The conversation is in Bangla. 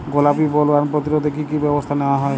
গোলাপী বোলওয়ার্ম প্রতিরোধে কী কী ব্যবস্থা নেওয়া হয়?